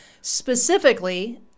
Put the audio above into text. Specifically